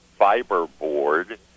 fiberboard